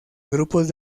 grupos